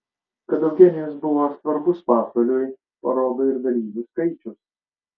kad eugenijus buvo svarbus pasvaliui parodo ir dalyvių skaičius